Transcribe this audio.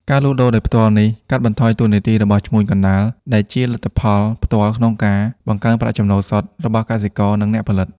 ការលក់ដូរដោយផ្ទាល់នេះបាន កាត់បន្ថយតួនាទីរបស់ឈ្មួញកណ្ដាល ដែលជាលទ្ធផលផ្ទាល់ក្នុងការ បង្កើនប្រាក់ចំណូលសុទ្ធ របស់កសិករ និងអ្នកផលិត។